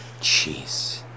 Jeez